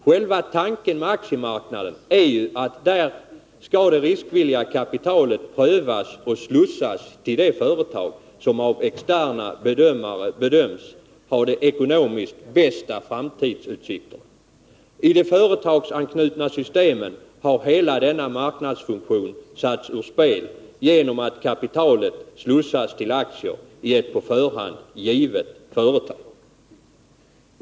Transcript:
Själva tanken med aktiemarknaden är att det riskvilliga kapitalet där skall prövas och slussas till det företag som av externa bedömare anses ha de ekonomiskt bästa framtidsutsikterna. I det företagsanknutna systemet har hela denna marknadsfunktion satts ur spel, genom att kapitalet slussas till aktier i ett på förhand givet företag.